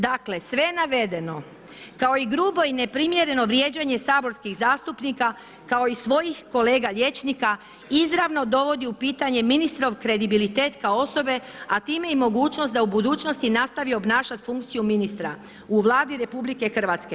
Dakle, sve navedeno kao i grubo i neprimjereno vrijeđanje saborskih zastupnika, kao i svojih kolega liječnika izravno dovodi u pitanje ministrov kredibilitet kao osobe, a time i mogućnost da u budućnosti nastavi obnašati funkciju ministra u Vladi RH.